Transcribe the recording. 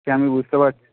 সে আমি বুঝতে পারছি